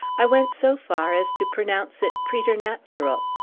i went so far as to pronounce it preternatural.